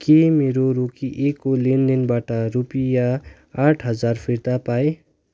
के मेरो रोकिएको लेनदेनबाट रुपियाँ आठ हजार फिर्ता पाएँ